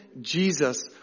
Jesus